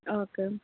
okay